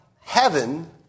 heaven